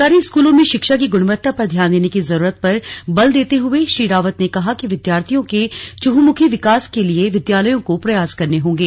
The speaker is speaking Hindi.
सरकारी स्कूलों में शिक्षा की गुणवत्ता पर ध्यान देने की जरूरत पर बल देते हुए श्री रावत ने कहा कि विद्यार्थियों के चहमुखी विकास के लिए विद्यालयों को प्रयास करने होंगे